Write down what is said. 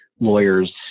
lawyers